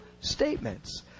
statements